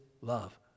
love